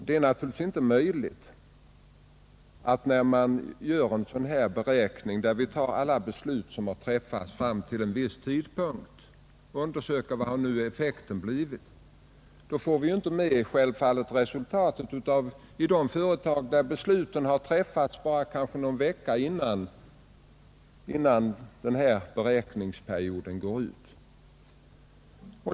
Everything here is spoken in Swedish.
Det är värt att understryka att när man gör en sådan beräkning, där vi tar med alla beslut som har träffats fram till en viss tidpunkt och undersöker vad effekten har blivit, får vi naturligtvis inte med resultatet för de företag där beslut har träffats kanske bara någon vecka innan beräkningsperioden går ut.